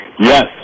Yes